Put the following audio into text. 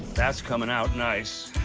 that's coming out nice.